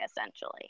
essentially